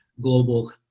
global